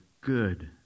good